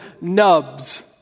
nubs